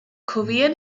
korean